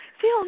Phil